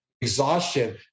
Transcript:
exhaustion